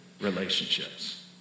relationships